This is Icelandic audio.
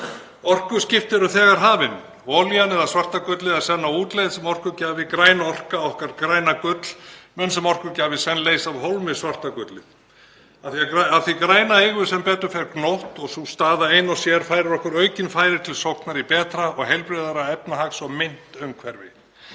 Orkuskipti eru þegar hafin. Olían eða svarta gullið er senn á útleið sem orkugjafi. Græn orka, okkar græna gull, mun sem orkugjafi senn leysa svarta gullið af hólmi. Af því græna eigum við sem betur fer gnótt og sú staða ein og sér færir okkur aukin færi til sóknar í betra og heilbrigðara efnahags- og myntumhverfi.